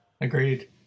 Agreed